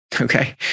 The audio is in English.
okay